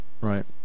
right